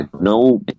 no